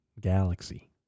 galaxy